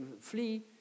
flee